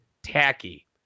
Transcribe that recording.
tacky